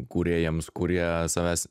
kūrėjams kurie savęs